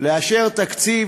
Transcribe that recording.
לאשר תקציב